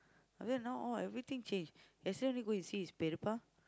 but then now all everything change yesterday I go and see his